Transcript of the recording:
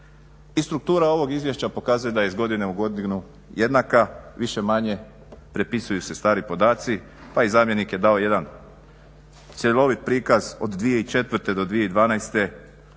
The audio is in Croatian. I struktura ovog izvješća pokazuje da je iz godine u godinu jednaka, više-manje prepisuju se i stari podaci pa i zamjenik je dao jedan cjelovit prikaz od 2004.do 2012.više